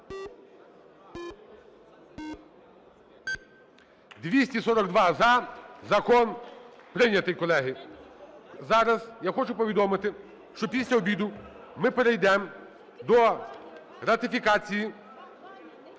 За-242 Закон прийнятий, колеги. Зараз я хочу повідомити, що після обіду ми перейдемо до ратифікації,